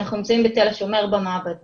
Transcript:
אנחנו נמצאים בתל השומר במעבדה,